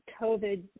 COVID